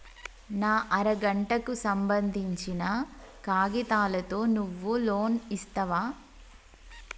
నా అర గంటకు సంబందించిన కాగితాలతో నువ్వు లోన్ ఇస్తవా?